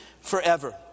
forever